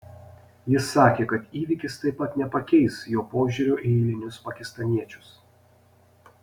jis sakė kad įvykis taip pat nepakeis jo požiūrio į eilinius pakistaniečius